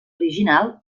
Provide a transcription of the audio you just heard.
original